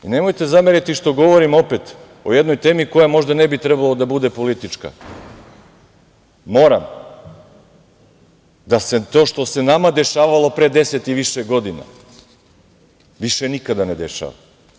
Nemojte zameriti što govorim opet o jednoj temi koja možda ne bi trebalo da bude politička, moram, da se to što se nama dešavalo pre 10 i više godina više nikada ne dešava.